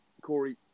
Corey